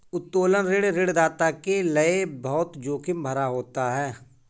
उत्तोलन ऋण ऋणदाता के लये बहुत जोखिम भरा होता है